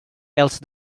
else